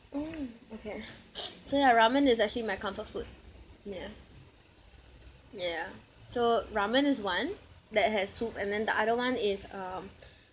oh okay so ya ramen is actually my comfort food ya ya so ramen is one that has soup and then the other one is um